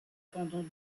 pendant